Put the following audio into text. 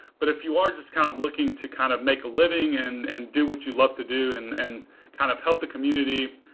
but if you are just kind of looking to kind of make a living and and do what you love to do and and kind of help the community,